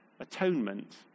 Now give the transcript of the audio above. atonement